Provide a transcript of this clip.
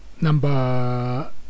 number